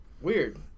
Weird